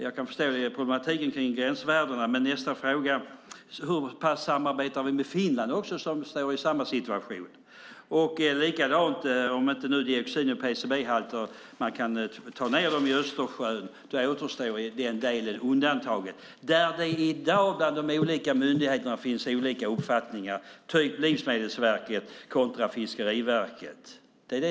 Jag kan förstå problemet med gränsvärden. Samarbetar vi med Finland, som också står i samma situation? Om det inte går att sänka dioxin och PCB-halter i Östersjön återstår att ge undantag. Men i dag finns olika uppfattningar bland myndigheter, till exempel Livsmedelsverket kontra Fiskeriverket.